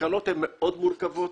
התקנות הן מאוד מורכבות,